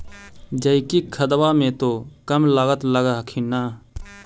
जैकिक खदबा मे तो कम लागत लग हखिन न?